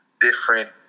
different